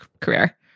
career